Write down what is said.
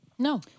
No